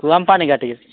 ପୁହାମ ପାଣି ଘାଟିକେ